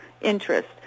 interest